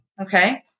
Okay